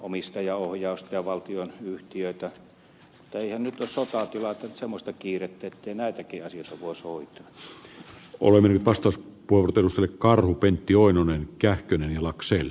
puolustusministeri hoitaa valtion omistajaohjausta ja valtionyhtiöitä mutta eihän nyt ole sotatila että olisi semmoista kiirettä ettei näitäkin asioita voisi hoitaa